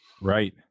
Right